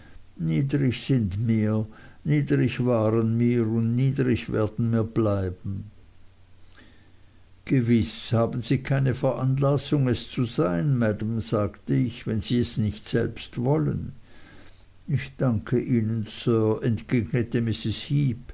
niedrig sind mir niedrig waren mir und niedrig werden mir bleiben gewiß haben sie keine veranlassung es zu sein maam sagte ich wenn sie es nicht selbst wollen ich danke ihnen sir entgegnete